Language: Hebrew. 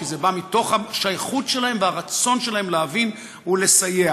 כי זה בא מתוך השייכות שלהם והרצון שלהם להבין ולסייע.